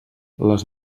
les